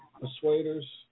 Persuaders